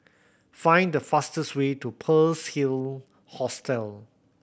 find the fastest way to Pearl's Hill Hostel